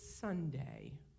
Sunday